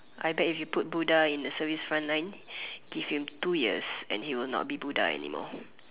I bet if you put Buddha in the service front line give him two years and he will not be Buddha anymore